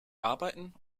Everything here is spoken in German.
arbeiten